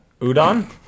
Udon